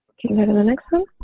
can go to the next one.